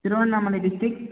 Tiruvannamalai district